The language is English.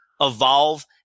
Evolve